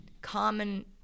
common